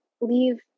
leave